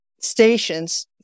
stations